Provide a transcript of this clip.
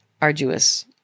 arduous